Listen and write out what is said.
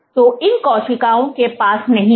तो इन कोशिकाओं के पास नहीं था